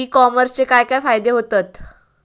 E कॉमर्सचे काय काय फायदे होतत?